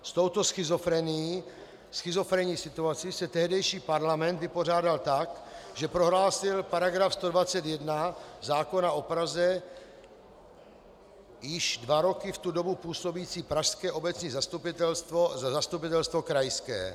S touto schizofrenií, schizofrenní situací, se tehdejší parlament vypořádal tak, že prohlásil paragraf 121 zákona o Praze... již dva roky v tu dobu působící pražské obecní zastupitelstvo za zastupitelstvo krajské.